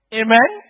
amen